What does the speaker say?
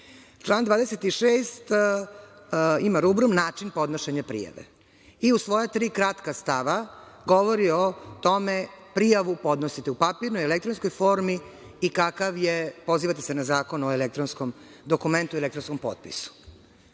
Član 26. ima rubrum način podnošenja prijave i u svoja tri kratka stava govori o tome - prijavu podnosite u papirnoj, elektronskoj formi i pozivate se na Zakon o elektronskom dokumentu i elektronskom potpisu.Zašto